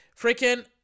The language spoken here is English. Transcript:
Freaking